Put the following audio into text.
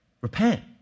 Repent